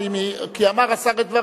כי אמר השר את דבריו.